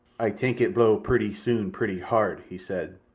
ay tank it blow purty soon purty hard, he said,